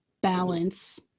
balance